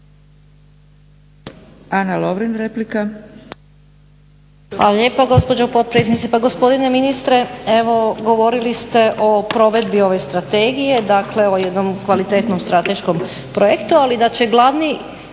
Ana Lovrin, replika.